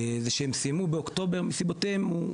זה שהם סיימו באוקטובר מסיבותיהם הם,